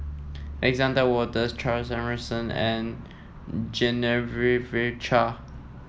Alexander Wolters Charles Emmerson and Genevieve Chua